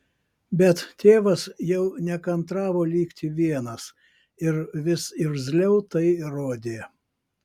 bet tėvas jau nekantravo likti vienas ir vis irzliau tai rodė